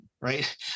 right